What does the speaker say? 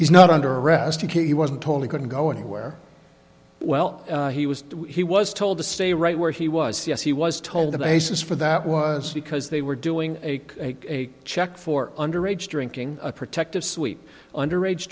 he's not under arrest u k he wasn't told he couldn't go anywhere well he was he was told to stay right where he was yes he was told the basis for that was because they were doing a a check for underage drinking a protective sweep underage